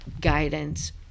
guidance